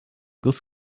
guss